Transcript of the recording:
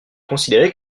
considéré